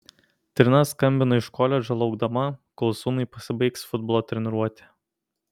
trina skambino iš koledžo laukdama kol sūnui pasibaigs futbolo treniruotė